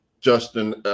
Justin